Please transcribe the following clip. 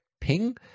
ping